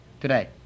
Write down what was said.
today